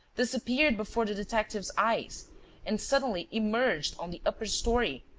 disappeared before the detectives' eyes and suddenly emerged on the upper story,